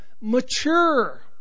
Mature